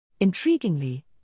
Intriguingly